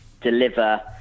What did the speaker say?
deliver